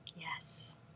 Yes